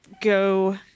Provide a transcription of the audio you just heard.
go